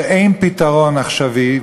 שאין פתרון עכשווי,